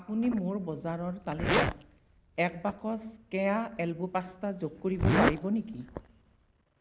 আপুনি মোৰ বজাৰৰ তালিকাত এক বাকচ কেয়া এলব' পাস্তা যোগ কৰিব পাৰিব নেকি